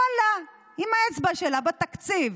ואללה, עם האצבע שלך בתקציב